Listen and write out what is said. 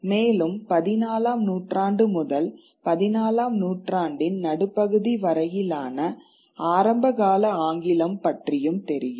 மேலும் 14 ஆம் நூற்றாண்டு முதல் 14 ஆம் நூற்றாண்டின் நடுப்பகுதி வரையிலான ஆரம்ப கால ஆங்கிலம் பற்றியும் தெரியும்